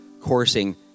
coursing